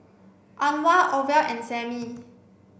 Anwar Orval and Sammy